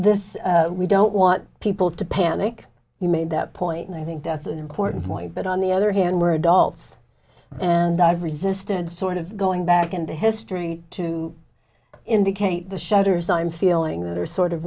this we don't want people to panic you made that point and i think that's an important point but on the other hand we're adults and i've resisted sort of going back into history to indicate the shutters i'm feeling that are sort of